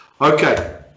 Okay